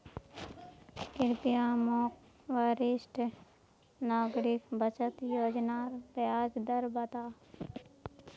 कृप्या मोक वरिष्ठ नागरिक बचत योज्नार ब्याज दर बता